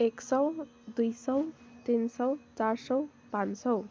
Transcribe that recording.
एक सौ दुई सौ तिन सौ चार सौ पाँच सौ